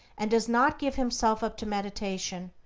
and does not give himself up to meditation,